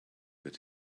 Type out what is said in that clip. that